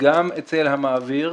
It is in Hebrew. גם אצל המעביר,